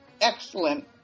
excellent